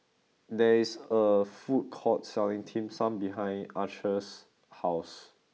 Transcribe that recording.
there is a food court selling Dim Sum behind Archer's house